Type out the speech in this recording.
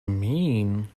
mean